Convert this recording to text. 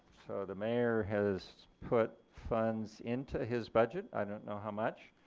so the mayor has put funds into his budget, i don't know how much,